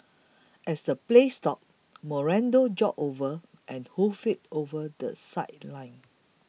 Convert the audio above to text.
as play stopped Moreno jogged over and hoofed it over the sideline